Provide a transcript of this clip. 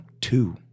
two